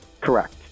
Correct